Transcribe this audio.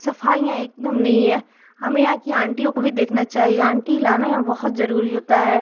सफाइयाँ एकदम नहीं है हमें यहाँ कि आंटियों को भी देखना चैहिए आंटी लाना यहाँ बहोत जरूरी होता है